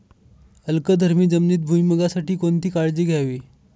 अल्कधर्मी जमिनीत भुईमूगासाठी कोणती काळजी घ्यावी?